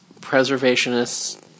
preservationists